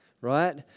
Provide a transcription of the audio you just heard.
right